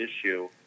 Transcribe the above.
issue